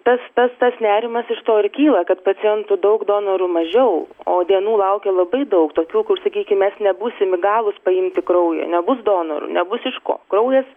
tas tas tas nerimas iš to ir kyla kad pacientų daug donorų mažiau o dienų laukia labai daug tokių kur sakykim mes nebūsim įgalūs paimti kraujo nebus donorų nebus iš ko kraujas